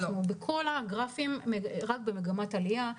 בכל הגרפים אנחנו רק במגמת עלייה,